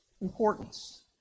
importance